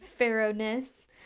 pharaohness